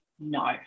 No